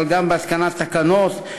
אבל גם בהתקנת תקנות,